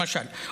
למשל,